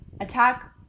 attack